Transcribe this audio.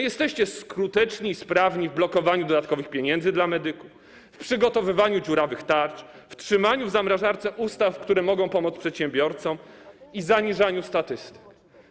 Jesteście skuteczni i sprawni w blokowaniu dodatkowych pieniędzy dla medyków, w przygotowywaniu dziurawych tarcz, w trzymaniu w zamrażarce ustaw, które mogą pomóc przedsiębiorcom, i zaniżaniu statystyk.